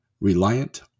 Reliant